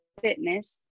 fitness